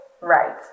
Right